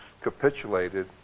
capitulated